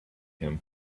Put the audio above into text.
him